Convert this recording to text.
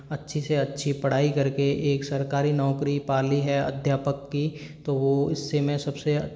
अच्छी से अच्छी पढ़ाई करके एक सरकारी नौकरी पा ली है अध्यापक की तो वो उससे मैं सबसे